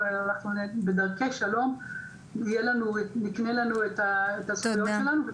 אלא בדרכי שלום נקנה לנו את הזכויות שלנו,